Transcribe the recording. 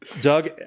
Doug